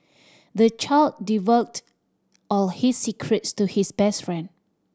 the child all his secrets to his best friend